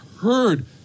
heard